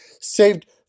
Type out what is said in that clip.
Saved